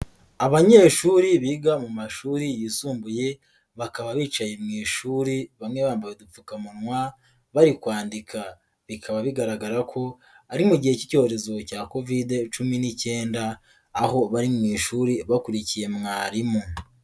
Abanyeshuri biga mu mashuri yisumbuye, bakaba bicaye mu ishuri bamwe bambaye udupfukamunwa bari kwandika, bikaba bigaragara ko ari mu gihe k'icyorezo cya covid cumi n'ikenda, aho bari mu ishuri bakurikiye mwarimu.